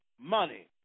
Money